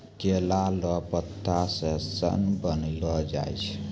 केला लो पत्ता से सन बनैलो जाय छै